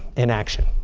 in action.